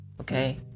Okay